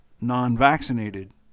non-vaccinated